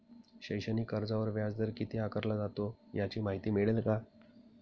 शैक्षणिक कर्जावर व्याजदर किती आकारला जातो? याची माहिती मिळेल का?